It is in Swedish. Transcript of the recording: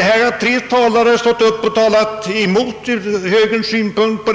Här har tre talare stått upp och argumenterat mot högerns synpunkter,